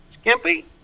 Skimpy